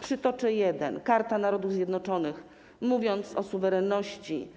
Przytoczę jeden - Karta Narodów Zjednoczonych, mówiąc o suwerenności,